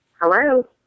Hello